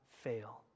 fail